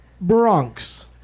Bronx